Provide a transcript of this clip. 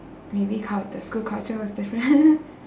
maybe cult~ the school culture was different